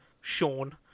Sean